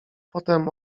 potem